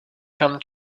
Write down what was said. come